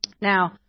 Now